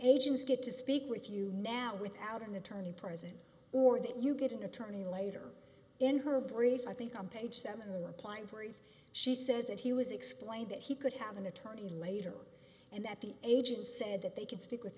agents get to speak with you now without an attorney present or that you get an attorney later in her brief i think on page seven applying for if she says that he was explained that he could have an attorney later on and that the agency said that they could speak with